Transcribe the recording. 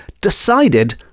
decided